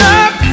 up